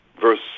verse